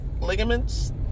ligaments